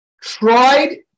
tried